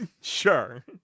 Sure